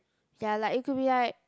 ya like it could be like